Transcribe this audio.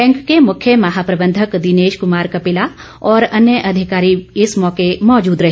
bank के मुख्य महाप्रबंधक दिनेश कुमार कपिला और अन्य अधिकारी भी इस मौके मौजूद रहे